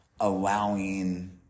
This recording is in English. allowing